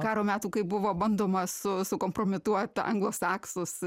karo metų kai buvo bandoma su sukompromituot anglosaksus